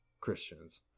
Christians